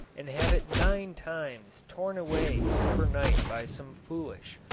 and have it nine times torn away over night by some foolish,